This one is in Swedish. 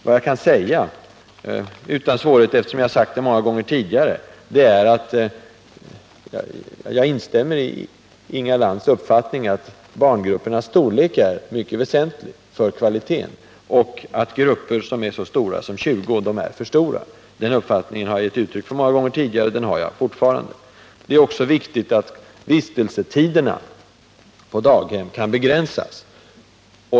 Vad jag däremot utan svårighet kan säga, eftersom jag redan har sagt det många gånger, är att jag instämmer i Inga Lantz uppfattning, att barngruppernas storlek är av väsentlig betydelse för kvaliteten och att grupper med så många barn som 20 är alltför stora. Den uppfattningen har jag gett uttryck för tidigare, och den har jag fortfarande. Det är också viktigt att vistelsetiderna på daghemmen kan begränsas.